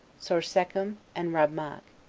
sorsechim, and rabmag.